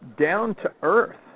down-to-earth